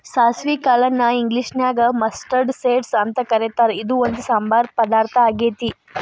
ಸಾಸವಿ ಕಾಳನ್ನ ಇಂಗ್ಲೇಷನ್ಯಾಗ ಮಸ್ಟರ್ಡ್ ಸೇಡ್ಸ್ ಅಂತ ಕರೇತಾರ, ಇದು ಒಂದ್ ಸಾಂಬಾರ್ ಪದಾರ್ಥ ಆಗೇತಿ